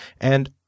and